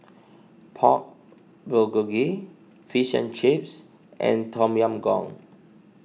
Pork Bulgogi Fish and Chips and Tom Yam Goong